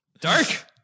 Dark